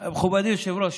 מכובדי היושב-ראש,